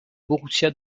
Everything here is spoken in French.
borussia